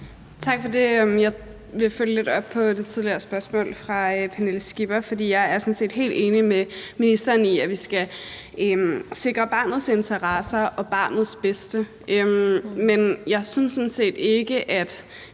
Tak for det. Jeg vil følge lidt op på det tidligere spørgsmål fra Pernille Skipper, for jeg er sådan set helt enig med ministeren i, at vi skal sikre barnets interesser og barnets bedste, men jeg synes sådan